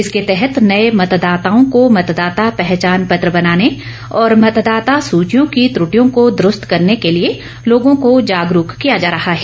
इसके तहत नए मतदाताओं को मतदाता पहचान पत्र बनाने और मतदाता सूचियों की त्रृटियों को दरूस्त करने के लिए लोगों को जागरूक किया जा रहा है